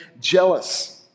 jealous